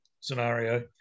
scenario